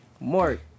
Mark